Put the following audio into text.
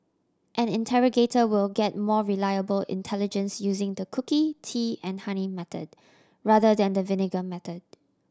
an interrogator will get more reliable intelligence using the cookie tea and honey method rather than the vinegar method